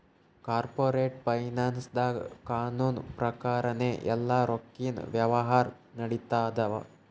corporate ಫೈನಾನ್ಸ್ದಾಗ್ ಕಾನೂನ್ ಪ್ರಕಾರನೇ ಎಲ್ಲಾ ರೊಕ್ಕಿನ್ ವ್ಯವಹಾರ್ ನಡಿತ್ತವ